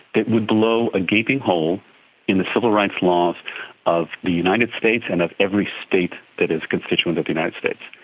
it would blow a gaping hole in the civil rights laws of the united states and of every state that is constituent in the united states.